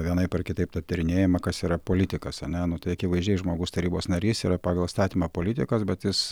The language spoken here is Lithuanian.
vienaip ar kitaip ta tyrinėjama kas yra politikas ane nu tai akivaizdžiai žmogus tarybos narys tai yra pagal įstatymą politikas bet jis